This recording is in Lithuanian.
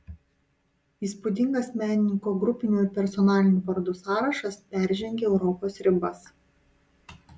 įspūdingas menininko grupinių ir personalinių parodų sąrašas peržengia europos ribas